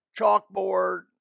chalkboard